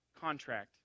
contract